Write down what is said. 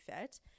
fit